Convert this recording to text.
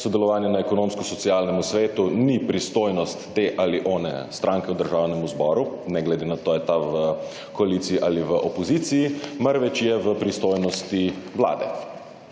sodelovanje na Ekonomsko-socialnem svetu ni pristojnost te ali one stranke v Državnem zboru, ne glede na to ali je ta v koaliciji ali v opoziciji, marveč je v pristojnosti vlade.